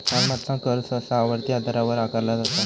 मालमत्ता कर सहसा आवर्ती आधारावर आकारला जाता